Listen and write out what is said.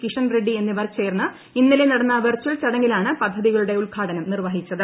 കിഷൻ റെഡ്ഡി എന്നിവർ ചേർന്ന് ഇന്നലെ നടന്ന വിർച്ചൽ ചടങ്ങിലാണ് പദ്ധതികളുടെ ഉദ്ഘാടനം നിർവഹിച്ചത്